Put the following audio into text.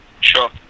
sure